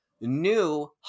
new